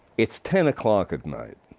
it's ten o'clock at night.